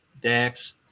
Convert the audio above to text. Dax